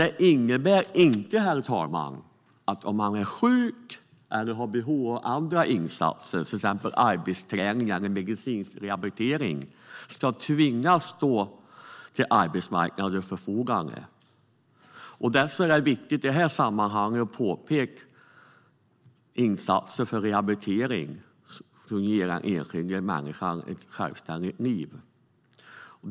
Det innebär dock inte, herr talman, att den som är sjuk eller har behov av andra insatser - till exempel arbetsträning eller medicinsk rehabilitering - ska tvingas stå till arbetsmarknadens förfogande. Det är viktigt att i detta sammanhang påpeka betydelsen av rehabiliteringsinsatser för att ge den enskilde människan ett självständigt liv.